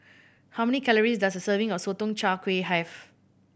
how many calories does a serving of Sotong Char Kway have